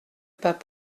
pas